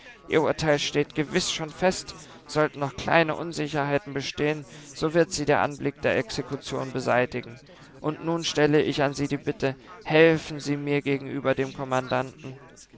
ihr urteil steht gewiß schon fest sollten noch kleine unsicherheiten bestehen so wird sie der anblick der exekution beseitigen und nun stelle ich an sie die bitte helfen sie mir gegenüber dem kommandanten